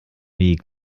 nie